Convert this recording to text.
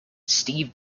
steve